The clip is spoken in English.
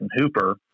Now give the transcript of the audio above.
Hooper